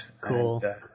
cool